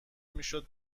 میشد